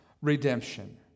redemption